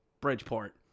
Bridgeport